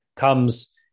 comes